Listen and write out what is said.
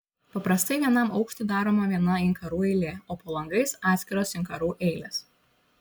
paprastai vienam aukštui daroma viena inkarų eilė o po langais atskiros inkarų eilės